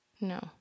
No